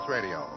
Radio